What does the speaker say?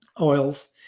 oils